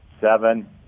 seven